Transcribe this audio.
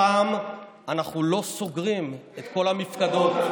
הפעם אנחנו לא סוגרים את כל המפקדות.